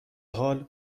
حال